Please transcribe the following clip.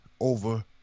over